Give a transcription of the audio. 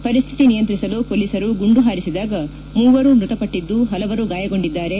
ಪರಿಸ್ಟಿತಿಯಲ್ಲಿ ನಿಯಂತ್ರಿಸಲು ಮೊಲೀಸರು ಗುಂಡು ಪಾರಿಸಿದಾಗ ಮೂವರು ಮೃತಪಟ್ಟದ್ದು ಪಲವರು ಗಾಯಗೊಂಡಿದ್ದಾರೆ